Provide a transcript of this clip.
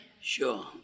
Sure